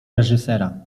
reżysera